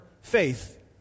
faith